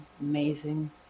amazing